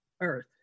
Earth